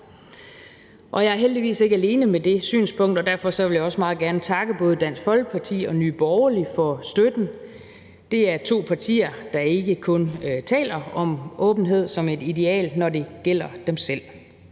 Jeg er heldigvis ikke alene med det synspunkt, og derfor vil jeg også meget gerne takke både Dansk Folkeparti og Nye Borgerlige for støtten. Det er to partier, der ikke kun taler om åbenhed som et ideal, når det gælder dem selv.